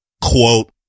Quote